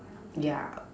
yeah